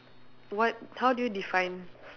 what how do you define